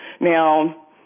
Now